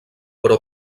però